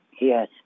Yes